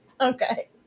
Okay